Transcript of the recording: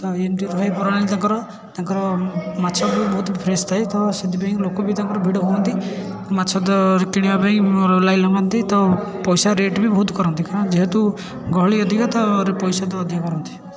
ତ ଏମିତି ଥାଏ ପ୍ରଣାଳୀ ତାଙ୍କର ତାଙ୍କର ମାଛ ବି ବହୁତ ଫ୍ରେସ୍ ଥାଏ ତ ସେଥିପାଇଁ ଲୋକ ବି ତାଙ୍କର ଭିଡ଼ ହୁଅନ୍ତି ମାଛ ତ କିଣିବା ପାଇଁ ଲାଇନ ଲଗାନ୍ତି ତ ପଇସା ରେଟ୍ ବି ବହୁତ କରନ୍ତି କାରଣ ଯେହେତୁ ଗହଳି ଅଧିକ ତ ପଇସା ତ ଅଧିକ କରନ୍ତି